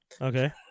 Okay